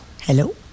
Hello